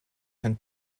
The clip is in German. herrn